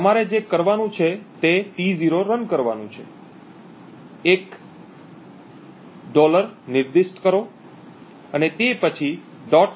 તમારે જે કરવાનું છે તે T0 રન કરવાનું છે એક નિર્દિષ્ટ કરો અને તે પછી "